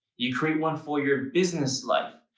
you create one for your business life,